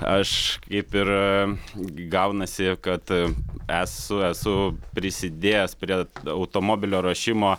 aš kaip ir gaunasi kad esu esu prisidėjęs prie automobilio ruošimo